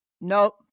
nope